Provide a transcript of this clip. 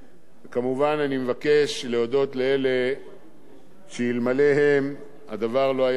אני מבקש להודות לאלה שאלמלא הם לא היה הדבר מסתייע: